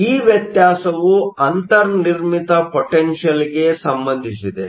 ಆದ್ದರಿಂದ ಈ ವ್ಯತ್ಯಾಸವು ಅಂತರ್ನಿರ್ಮಿತ ಪೊಟೆನ್ಷಿಯಲ್ ಗೆ ಸಂಬಂಧಿಸಿದೆ